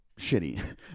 shitty